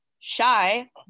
shy